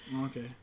Okay